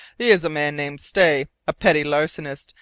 he is a man named stay, a petty larcenist,